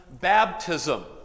baptism